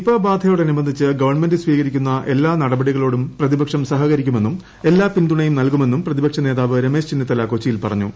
Nipah ബാധയോടനുബന്ധിച്ച് government സ്വീകരിക്കുന്ന എല്ലാ നടപടികളോടും പ്രതിപക്ഷം സഹകരിക്കുമെന്നും എല്ലാ പിന്തുണയും നൽകുമെന്നും പ്രതിപക്ഷ നേതാവ് രമേശ് ചെന്നിത്തല കൊച്ചിയിൽ പറഞ്ഞു